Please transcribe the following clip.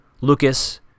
Lucas